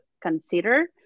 consider